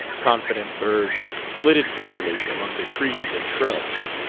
confident birds flitted busily among the trees and shrubs.